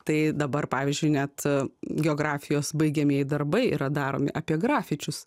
tai dabar pavyzdžiui net a geografijos baigiamieji darbai yra daromi apie grafičius